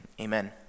Amen